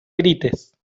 grites